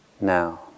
now